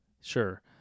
sure